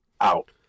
out